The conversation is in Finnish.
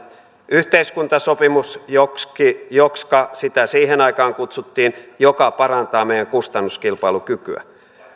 yhteiskuntasopimus joksi joksi sitä siihen aikaan kutsuttiin joka parantaa meidän kustannuskilpailukykyä